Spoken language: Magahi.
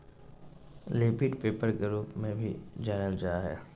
लेपित पेपर के रूप में भी जानल जा हइ